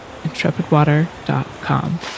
intrepidwater.com